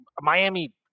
Miami